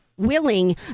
willing